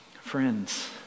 friends